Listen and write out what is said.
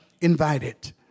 invited